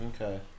Okay